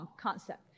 concept